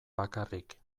bakarrik